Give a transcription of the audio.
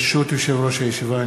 ברשות יושב-ראש הישיבה,